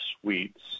suites